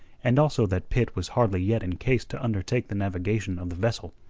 and also that pitt was hardly yet in case to undertake the navigation of the vessel,